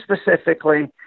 specifically